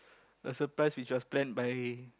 a surprise which was planned by